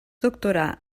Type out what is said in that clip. doctorà